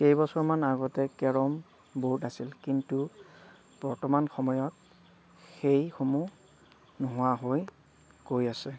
কেইবছৰমান আগতে carrom board আছিল কিন্তু বৰ্তমান সময়ত সেইসমূহ নোহোৱা হৈ গৈ আছে